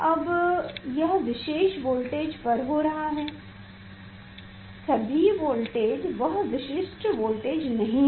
और यह विशेष वोल्टेज पर हो रहा है सभी वोल्टेज वह विशिष्ट वोल्टेज नहीं है